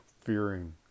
fearing